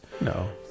No